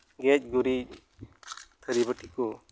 ᱜᱮᱡ ᱜᱩᱨᱤᱡ ᱛᱷᱟᱹᱨᱤ ᱵᱟᱹᱴᱤ ᱠᱚ